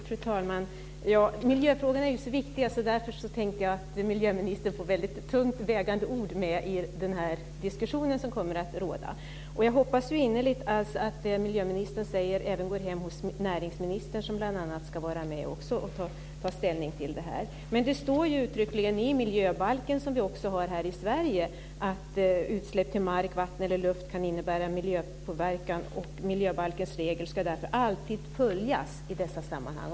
Fru talman! Miljöfrågorna är så viktiga. Därför tänkte jag att miljöministern får väldigt tungt vägande ord med i diskussionen som kommer att ske. Jag hoppas innerligt att det miljöministern säger även går hem hos näringsministern, som också ska vara med och ta ställning till detta. Det står uttryckligen i den miljöbalk som vi har i Sverige att utsläpp till mark, vatten eller luft kan innebära miljöpåverkan. Miljöbalkens regler ska därför alltid följas i dessa sammanhang.